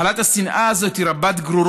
מחלת השנאה הזאת היא רבת-גרורות: